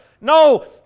No